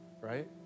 right